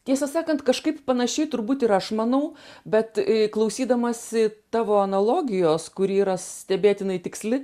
tiesą sakant kažkaip panašiai turbūt ir aš manau bet klausydamasi tavo analogijos kuri yra stebėtinai tiksli